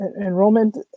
enrollment